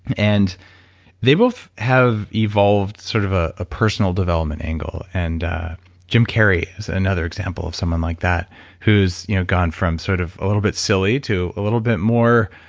and they both have evolved sort of a a personal development angle. and jim carrey is another example of someone like that who's you know gone from sort of a little bit silly to a little bit more.